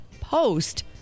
post